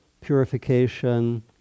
purification